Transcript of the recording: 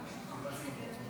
כספים.